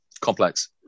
complex